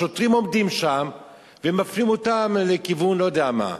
השוטרים עומדים שם ומפנים אותם לכיוון לא יודע מה.